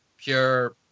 pure